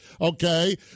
Okay